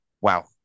wow